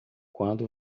quando